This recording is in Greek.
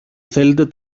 θέλετε